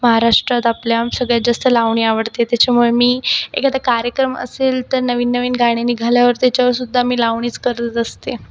महाराष्ट्रात आपल्या सगळ्यात जास्त लावणी आवडते त्याच्यामुळे मी एखादा कार्यक्रम असेल तर नवीननवीन गाणे निघाल्यावर त्याच्यावर सुद्धा मी लावणीच करत असते